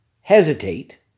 hesitate